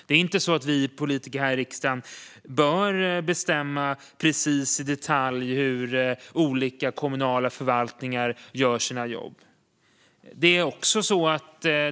Det är inte så att vi politiker här i riksdagen bör bestämma i detalj hur olika kommunala förvaltningar ska utföra sina jobb.